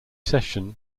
session